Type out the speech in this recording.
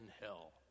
hell